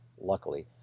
luckily